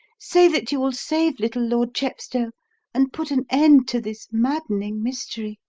say that you will save little lord chepstow and put an end to this maddening mystery!